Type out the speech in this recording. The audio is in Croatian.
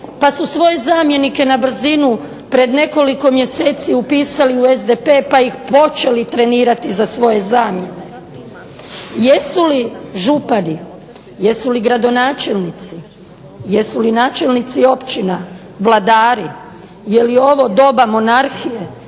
pa su svoje zamjenike na brzinu pred nekoliko mjeseci upisali u SDP pa ih počeli trenirati za svoje zamjene. Jesu li župani, jesu li gradonačelnici, jesu li načelnici općina vladari? Je li ovo doba monarhije?